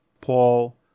Paul